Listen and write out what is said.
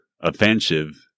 offensive